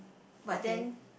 but then